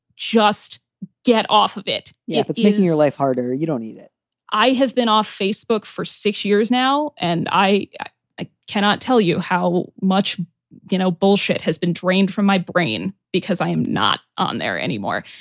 just get off of it yeah if it's making your life harder, you don't need it i have been off facebook for six years now and i i cannot tell you how much you know bullshit has been drained from my brain because i am not on there anymore.